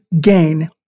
gain